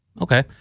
Okay